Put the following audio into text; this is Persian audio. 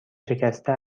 شکسته